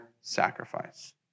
sacrifice